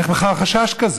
אין בכלל חשש כזה.